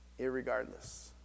irregardless